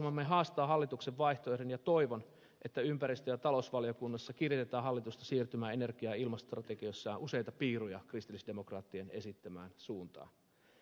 ohjelmamme haastaa hallituksen vaihtoehdon ja toivon että ympäristö ja talousvaliokunnassa kiritetään hallitusta siirtymään energia ja ilmastostrategiassaan useita piiruja kristillisdemokraattien esittämään suuntaan